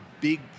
big